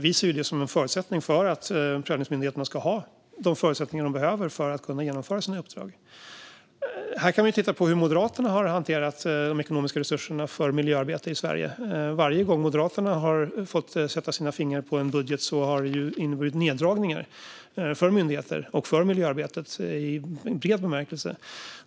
Vi ser det som en utgångspunkt för att prövningsmyndigheterna ska ha de förutsättningar de behöver för att kunna genomföra sina uppdrag. Här kan vi titta på hur Moderaterna har hanterat de ekonomiska resurserna för miljöarbete i Sverige. Varje gång Moderaterna har fått sätta sina fingrar på en budget har det inneburit neddragningar för myndigheter och för miljöarbetet i bred bemärkelse.